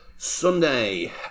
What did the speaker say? Sunday